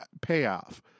payoff